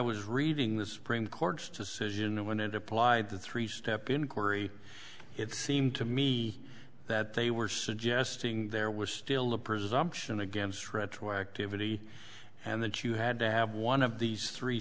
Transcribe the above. was reading the supreme court's decision when it applied to three step inquiry it seemed to me that they were suggesting there was still a presumption against retroactivity and that you had to have one of these three